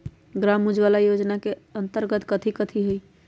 ग्राम उजाला योजना के अंतर्गत कथी कथी होई?